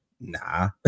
Nah